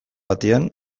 batean